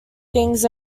things